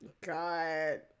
god